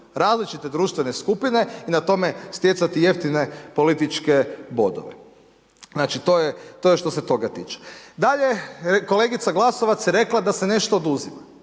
različite društvene skupine i na tome stjecati jeftine političke bodove. Znači to je što se toga tiče. Dalje je kolegica Glasovac rekla da se nešto oduzima.